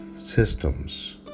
systems